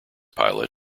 pilot